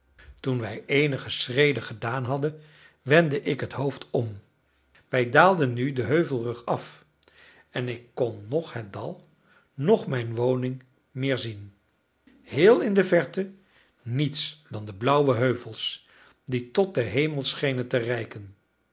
toen wij eenige schreden gedaan hadden wendde ik het hoofd om wij daalden nu den heuvelrug af en ik kon noch het dal noch mijn woning meer zien heel in de verte niets dan de blauwe heuvels die tot den hemel schenen te reiken